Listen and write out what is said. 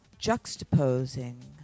juxtaposing